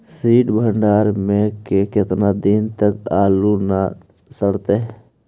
सित भंडार में के केतना दिन तक आलू न सड़तै?